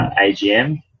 AGM